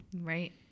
Right